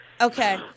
Okay